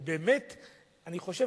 באמת, אני חושב